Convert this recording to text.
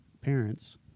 parents